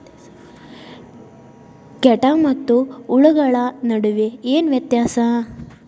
ಕೇಟ ಮತ್ತು ಹುಳುಗಳ ನಡುವೆ ಏನ್ ವ್ಯತ್ಯಾಸ?